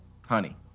honey